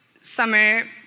summer